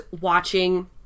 watching